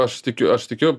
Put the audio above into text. aš tikiu aš tikiu